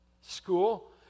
school